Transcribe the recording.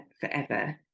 forever